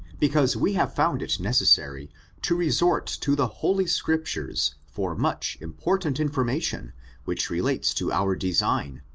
because we have found it necessary to resort to the holy scriptures for much important information which relates to our design,